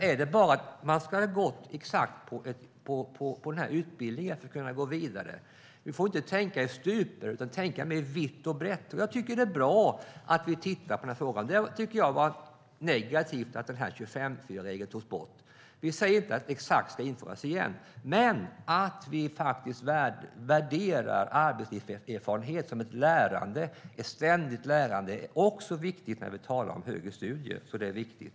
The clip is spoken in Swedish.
Är det bara så att man ska ha gått på exakt en utbildning för att kunna gå vidare? Vi får inte tänka i stuprör utan får tänka mer vitt och brett. Jag tycker att det är bra att vi tittar på den frågan. Jag tycker att det var negativt att 25:4-regeln togs bort. Vi säger inte att exakt den ska införas igen men att vi faktiskt värderar arbetslivserfarenhet som ett lärande. Ett ständigt lärande är också viktigt när vi talar om högre studier. Det är viktigt.